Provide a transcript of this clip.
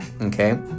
Okay